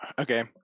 Okay